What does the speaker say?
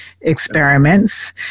experiments